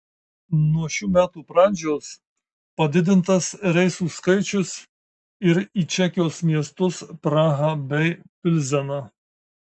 nuo šių metų pradžios padidintas reisų skaičius ir į čekijos miestus prahą bei pilzeną